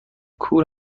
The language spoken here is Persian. کور